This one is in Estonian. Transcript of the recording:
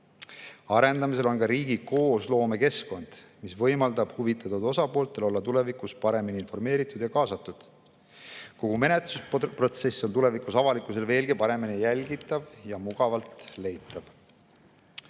Arendamisel on ka riigi koosloomekeskkond, mis võimaldab huvitatud osapooltel olla tulevikus paremini informeeritud ja kaasatud. Kogu menetlusprotsess on tulevikus avalikkusele veelgi paremini jälgitav ja mugavalt leitav.